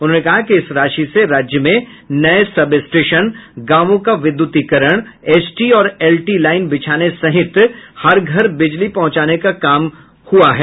उन्होंने कहा कि इस राशि से राज्य में नये सबस्टेशन गांवों का विद्युतीकरण एचटी और एलटी लाइन बिछाने सहित हर घर बिजली पहुंचाने का काम हुआ है